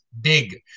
big